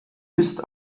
ist